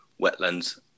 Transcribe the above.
wetlands